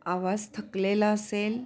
आवाज थकलेला असेल